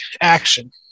Action